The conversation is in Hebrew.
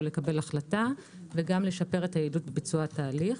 לקבל החלטה וגם לשפר את יעילות ביצוע התהליך.